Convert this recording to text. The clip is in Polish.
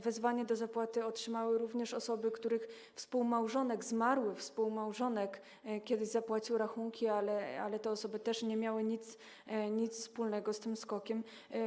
Wezwanie do zapłaty otrzymały również osoby, których współmałżonek, zmarły współmałżonek kiedyś zapłacił rachunki, ale te osoby też nie miały nic wspólnego z tym SKOK-iem.